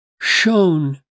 shown